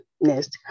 next